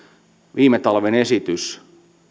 viime talven esityshän